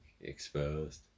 exposed